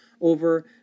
over